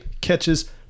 Catches